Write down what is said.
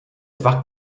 dva